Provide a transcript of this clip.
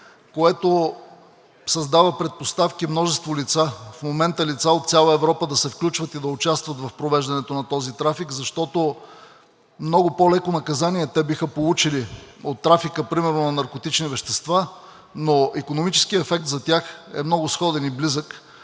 което създава предпоставки множество лица – в момента лица от цяла Европа, да се включват и да участват в провеждането на този трафик, защото те биха получили много по-леко наказание от трафика, примерно на наркотични вещества, но икономическият ефект за тях е много сходен и близък.